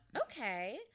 Okay